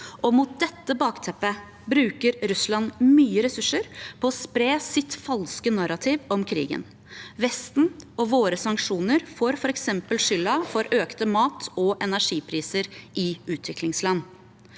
Mot dette bakteppet bruker Russland mye ressurser på å spre sitt falske narrativ om krigen. Vesten og våre sanksjoner får f.eks. skylden for økte mat- og energipriser i utviklingsland.